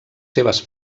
seves